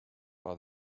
are